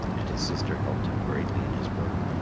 and his sister helped him greatly in his work.